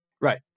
Right